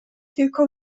tylko